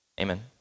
Amen